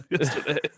yesterday